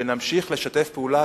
ונמשיך לשתף פעולה,